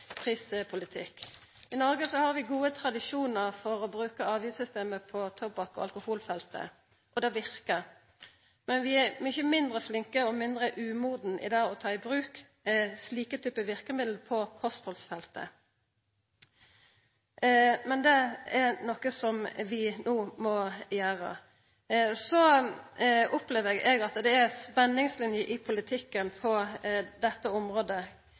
prispolitikk. I Noreg har vi gode tradisjonar for å bruka avgiftssystemet på tobakk- og alkoholfeltet, og det verkar. Men vi er mykje mindre flinke og mindre umodne i det å ta i bruk slike typar verkemiddel på kosthaldsfeltet. Det er noko som vi no må gjera. Eg opplever at det er spenningsliner i politikken på dette området: